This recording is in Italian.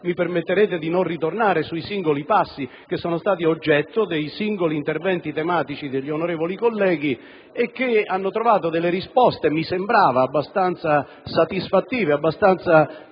mi permetterete di non ritornare sui singoli passi che sono stati oggetto degli interventi tematici degli onorevoli colleghi e che hanno trovato delle risposte - mi sembra - abbastanza satisfattive e